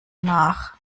nach